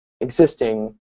existing